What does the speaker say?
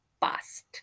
past